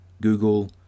Google